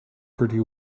pretty